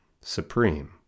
supreme